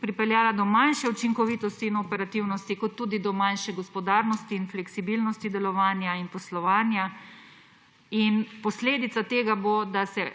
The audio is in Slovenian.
pripeljala do manjše učinkovitosti in operativnosti kot tudi do manjše gospodarnosti in fleksibilnosti delovanja in poslovanja. Posledica tega bo, da se